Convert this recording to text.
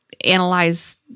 analyze